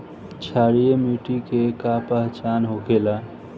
क्षारीय मिट्टी के का पहचान होखेला?